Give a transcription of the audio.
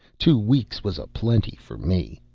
two weeks was a-plenty for me.